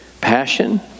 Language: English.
passion